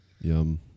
Yum